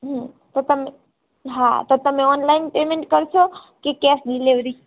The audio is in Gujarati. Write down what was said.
હંમ તો તમે હા તો તમે ઓનલાઇન પેમેન્ટ કરશો કે કેશ ડેલિવેરી